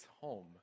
home